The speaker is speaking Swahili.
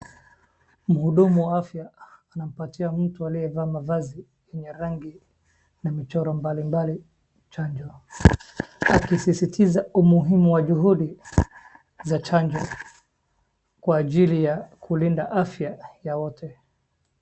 Mhudumu wa afya anampatia mtu aliyevaa mavazi yenye rangi na michoro mbalimbali chanjo, akisisitiza umuhimu wa juhudi za chanjo kwa ajili ya kulinda afya ya wote.